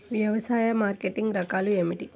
వ్యవసాయ మార్కెటింగ్ రకాలు ఏమిటి?